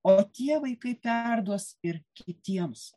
o tie vaikai perduos ir kitiems